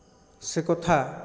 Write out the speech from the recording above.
ସେ କଥା